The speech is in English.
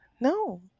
No